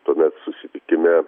tuomet susitikime